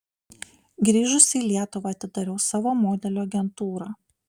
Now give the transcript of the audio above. grįžusi į lietuvą atidariau savo modelių agentūrą